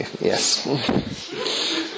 Yes